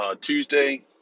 Tuesday